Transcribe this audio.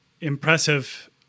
impressive